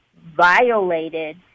violated